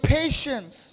patience